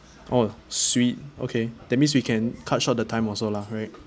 oh sweet okay that means we can cut short the time also lah right